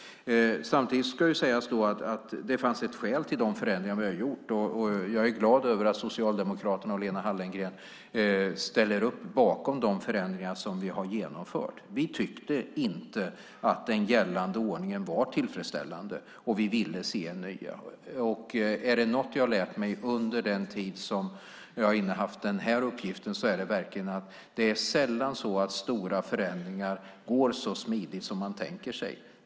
Samtidigt ska det sägas att det fanns ett skäl till de förändringar vi har gjort, och jag är glad att Socialdemokraterna och Lena Hallengren ställer upp bakom dessa förändringar. Vi tyckte inte att den gällande ordningen var tillfredsställande, och vi ville se en nyordning. Är det något jag lärt mig under den tid jag haft den här uppgiften så är det att stora förändringar sällan går så smidigt som man tänkt sig.